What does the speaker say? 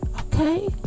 Okay